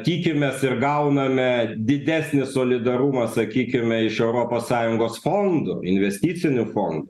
tikimės ir gauname didesnį solidarumą sakykime iš europos sąjungos fondų investicinių fondų